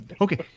Okay